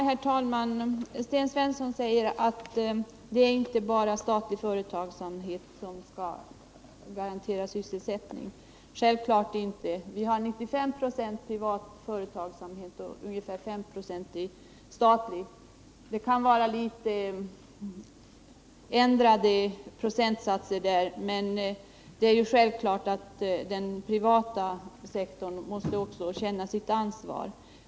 Herr talman! Sten Svensson säger att det inte bara är statlig företagsamhet som skall garantera sysselsättningen. Självklart inte! Vi har 95 96 privat företagsamhet och ungefär 5 96 statlig — procentsatserna kan variera litet. Det är självklart att den privata sektorn också måste känna sitt ansvar.